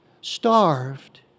starved